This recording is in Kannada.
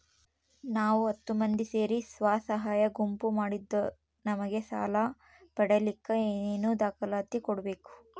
ನಾವು ಹತ್ತು ಮಂದಿ ಸೇರಿ ಸ್ವಸಹಾಯ ಗುಂಪು ಮಾಡಿದ್ದೂ ನಮಗೆ ಸಾಲ ಪಡೇಲಿಕ್ಕ ಏನೇನು ದಾಖಲಾತಿ ಕೊಡ್ಬೇಕು?